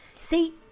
See